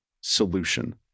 solution